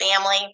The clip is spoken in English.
family